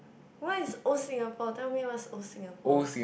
what is old Singapore tell me what is old Singapore